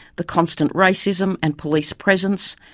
the constant racism and police presence,